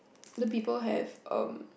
the people have um